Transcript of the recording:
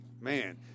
man